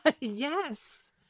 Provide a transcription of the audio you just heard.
Yes